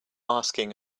asking